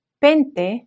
pente